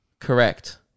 Correct